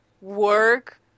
work